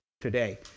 today